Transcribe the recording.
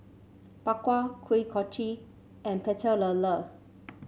Bak Kwa Kuih Kochi and Pecel Lele